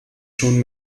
schon